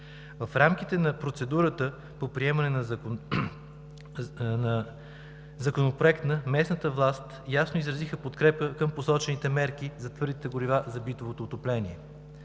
В рамките на процедурата по приемане на Законопроекта местната власт ясно изрази подкрепа към посочените мерки за твърдите горива за битовото отопление.